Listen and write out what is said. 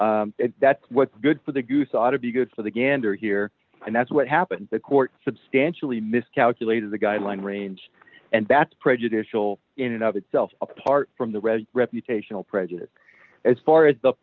action that's what's good for the goose ought to be good for the gander here and that's what happened the court substantially miscalculated the guideline range and that's prejudicial in and of itself apart from the rest reputational prejudice as far as the